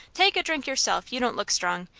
take a drink yourself you don't look strong.